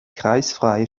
kreisfreie